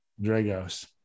Dragos